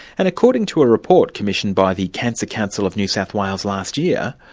and according to a report commissioned by the cancer council of new south wales last year,